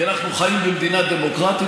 כי אנחנו חיים במדינה דמוקרטית,